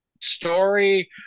story